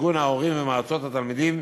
ארגון ההורים ומועצות התלמידים,